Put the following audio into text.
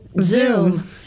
zoom